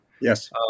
Yes